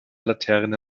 laterne